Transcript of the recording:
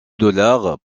dollars